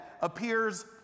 appears